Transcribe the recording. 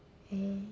eh